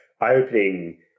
eye-opening